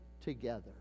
together